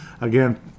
Again